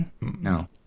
no